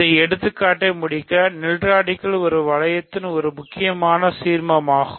இந்த எடுத்துக்காட்டை முடிக்க நில்ராடிகல்ஒரு வளையத்தில் ஒரு முக்கியமான சீர்மமாகும்